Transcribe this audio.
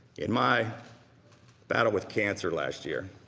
in my battle with cancer last year,